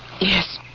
Yes